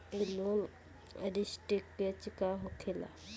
ई loan restructure का होखे ला?